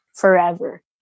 Forever